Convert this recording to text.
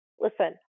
listen